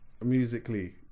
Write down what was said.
Musically